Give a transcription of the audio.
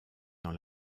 dans